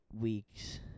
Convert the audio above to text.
weeks